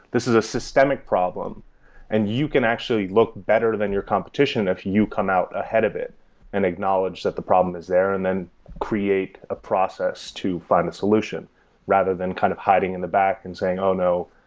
this is a systemic problem and you can actually look better than your competition if you come out ahead of it and acknowledge that the problem is there and then create a process to find a solution rather than kind of hiding in the back and saying, oh, no.